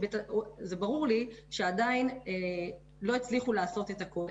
ברור לי שעדיין לא הצליחו לעשות את הכל.